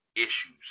issues